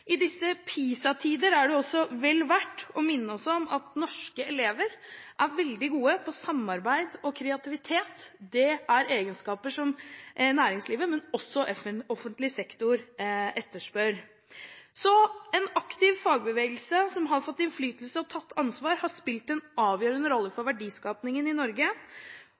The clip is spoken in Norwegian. I disse PISA-tider er det også vel verdt å minne om at norske elever er veldig gode når det gjelder samarbeid og kreativitet. Det er egenskaper som både næringslivet og offentlig sektor etterspør. En aktiv fagbevegelse som har fått innflytelse og tatt ansvar, har spilt en avgjørende rolle for verdiskapningen i Norge.